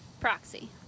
Proxy